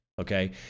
Okay